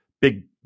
big